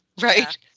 right